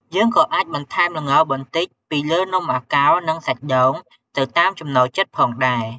យើងក៏៏អាចបន្ថែមល្ងបន្តិចពីលើនំអាកោរ និងសាច់ដូងទៅតាមចំណូលចិត្តផងដែរ។